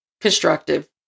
constructive